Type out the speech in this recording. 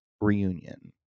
reunion